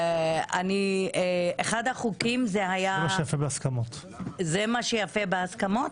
זה מה שיפה בהסכמות.